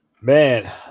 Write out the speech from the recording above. Man